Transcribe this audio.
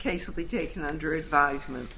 case will be taken under advisement